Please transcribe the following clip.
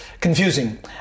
Confusing